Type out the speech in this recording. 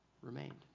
remained